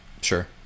sure